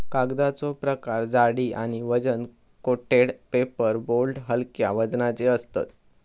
कागदाचो प्रकार जाडी आणि वजन कोटेड पेपर बोर्ड हलक्या वजनाचे असतत